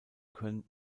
können